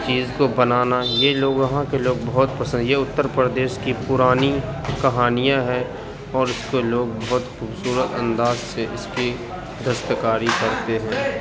چیز کو بنانا یہ لوگ یہاں کے لوگ بہت پسند یہ اتر پردیش کی پرانی کہانیاں ہیں اور اس کو لوگ بہت خوبصورت انداز سے اس کی دست کاری کرتے ہیں